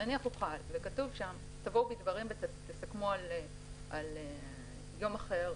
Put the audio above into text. וכתוב שם: תבואו בדברים ותסכמו על יום אחר,